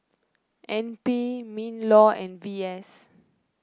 N P Minlaw and V S